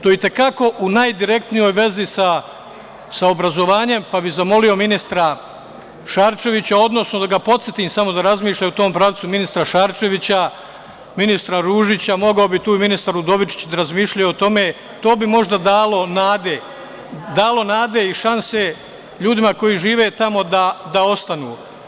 To je i te kako u najdirektnijoj vezi sa obrazovanjem, pa bih podsetio ministra Šarčevića samo da razmišlja u tom pravcu, ministra Šarčevića, ministra Ružića, mogao bi tu i ministar Udovičić, da razmišljaju o tome, to bi možda dalo nade i šanse ljudima koji žive tamo da tamo i ostanu.